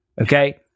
Okay